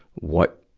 what,